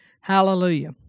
Hallelujah